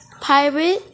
Pirate